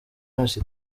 yose